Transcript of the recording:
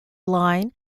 line